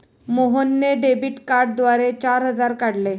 मोहनने डेबिट कार्डद्वारे चार हजार काढले